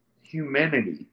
Humanity